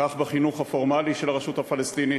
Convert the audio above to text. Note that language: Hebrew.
כך בחינוך הפורמלי של הרשות הפלסטינית,